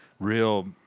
Real